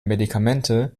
medikamente